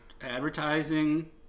advertising